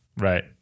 right